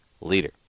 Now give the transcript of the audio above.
leader